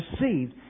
received